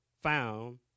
found